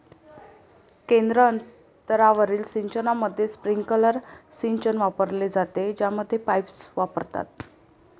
केंद्र अंतरावरील सिंचनामध्ये, स्प्रिंकलर सिंचन वापरले जाते, ज्यामध्ये पाईप्स वापरतात